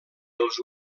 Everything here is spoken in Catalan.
dels